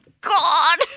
god